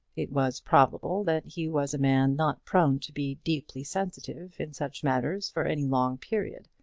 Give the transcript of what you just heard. it was probable that he was a man not prone to be deeply sensitive in such matters for any long period.